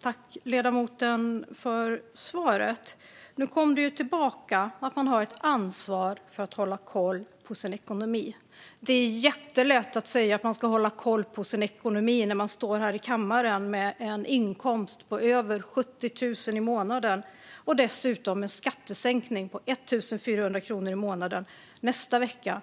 Tack, ledamoten, för svaret! Nu kom ledamoten tillbaka till att man har ett ansvar för att hålla koll på sin ekonomi. Det är jättelätt att säga att man ska ha koll på sin ekonomi när man står här i kammaren med en inkomst på över 70 000 och dessutom en skattesänkning på 1 400 kronor i månaden nästa vecka.